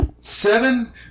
Seven